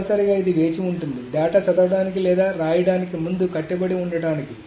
తప్పనిసరిగా ఇది వేచి ఉంటుంది డేటా చదవడానికి లేదా రాయడానికి ముందు కట్టుబడి ఉండటానికి